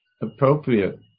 appropriate